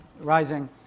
rising